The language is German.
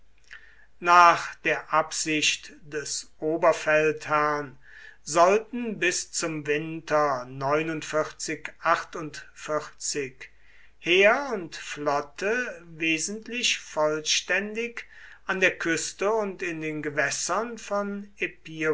nach der absicht des oberfeldherrn sollten bis zum winter heer und flotte wesentlich vollständig an der küste und in den gewässern von